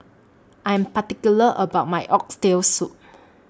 I Am particular about My Oxtail Soup